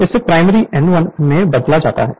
इससे primary N1 में बदल जाता है